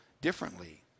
differently